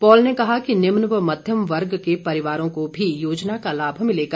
Paul ने कहा कि निम्न और मध्यम वर्ग के परिवारों को भी योजना का लाभ मिलेगा